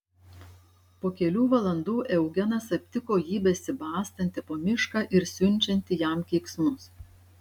po kelių valandų eugenas aptiko jį besibastantį po mišką ir siunčiantį jam keiksmus